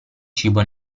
cibo